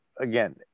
again